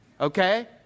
Okay